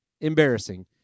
Embarrassing